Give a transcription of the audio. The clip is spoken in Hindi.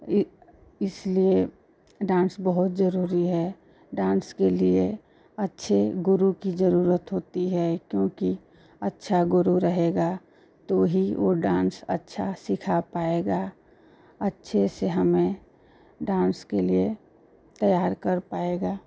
ई इसलिए डान्स बहुत जरूरी है डान्स के लिए अच्छे गुरु की जरूरत होती है क्योंकि अच्छा गुरु रहेगा तो ही वह डान्स अच्छा सिखा पाएगा अच्छे से हमें डान्स के लिए तैयार कर पाएगा